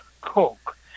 Coke